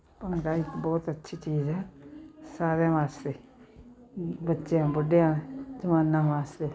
ਭੰਗੜਾ ਇੱਕ ਬਹੁਤ ਅੱਛੀ ਚੀਜ਼ ਹੈ ਸਾਰਿਆਂ ਵਾਸਤੇ ਬੱਚਿਆਂ ਬੁੱਢਿਆਂ ਜਵਾਨਾਂ ਵਾਸਤੇ